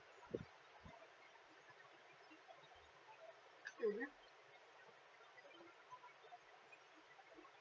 mmhmm